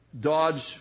Dodge